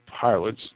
pilots